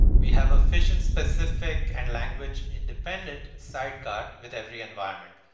we have a fission-specific and language independent sidecar with every environment.